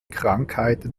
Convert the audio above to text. krankheiten